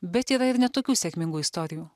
bet yra ir ne tokių sėkmingų istorijų